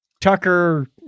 Tucker